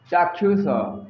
ଚାକ୍ଷୁଷ